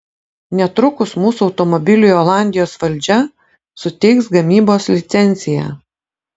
netrukus mūsų automobiliui olandijos valdžia suteiks gamybos licenciją